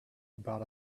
about